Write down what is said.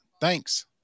Thanks